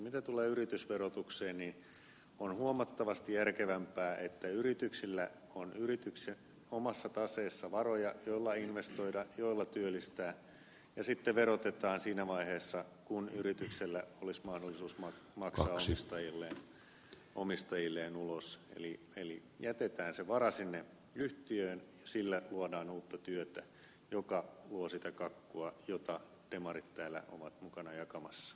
mitä tulee yritysverotukseen niin on huomattavasti järkevämpää että yrityksellä on yrityksen omassa taseessa varoja joilla investoida joilla työllistää ja sitten verotetaan siinä vaiheessa kun yrityksellä olisi mahdollisuus maksaa omistajilleen ulos eli jätetään se vara sinne yhtiöön ja sillä luodaan uutta työtä joka luo sitä kakkua jota demarit täällä ovat mukana jakamassa